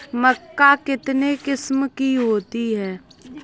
मक्का कितने किस्म की होती है?